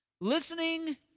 Listening